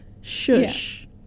Shush